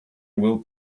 will